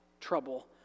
trouble